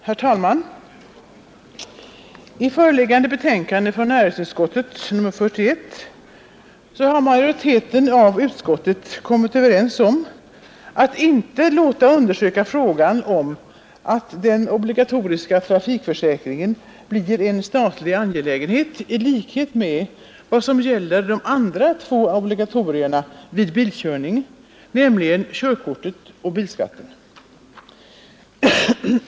Herr talman! I näringsutskottets förevarande betänkande nr 41 har utskottets majoritet kommit överens om att inte låta undersöka frågan om att den obligatoriska trafikförsäkringen också blir en statlig angelägenhet i likhet med vad som gäller de båda andra obligatorierna vid bilkörning: bilskatt och körkort.